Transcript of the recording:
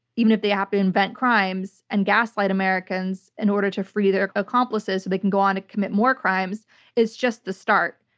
even if they have to invent crimes and gaslight americans in order to free their accomplices so they can go on to commit more crimes is just the start.